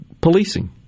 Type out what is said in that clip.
policing